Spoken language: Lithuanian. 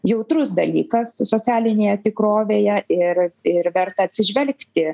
jautrus dalykas socialinėje tikrovėje ir ir verta atsižvelgti